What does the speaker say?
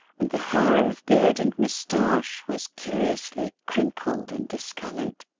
and the hair of beard and moustache was curiously crinkled and discoloured.